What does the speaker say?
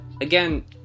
again